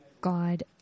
God